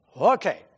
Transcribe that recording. Okay